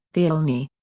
the illini.